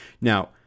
Now